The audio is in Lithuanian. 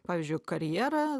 pavyzdžiui karjerą